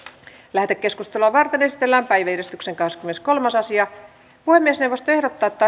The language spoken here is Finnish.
lähetekeskustelua varten esitellään päiväjärjestyksen kahdeskymmeneskolmas asia puhemiesneuvosto ehdottaa että